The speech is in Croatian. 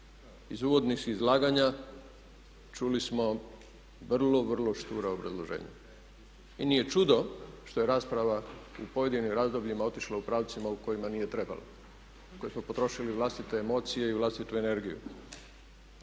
Iz uvodnih izlaganja čuli smo vrlo, vrlo štura obrazloženja. I nije čudo što je rasprava u pojedinim razdobljima otišla u pravcima u kojima nije trebala, na koju smo potrošili vlastite emocije i vlastitu energiju.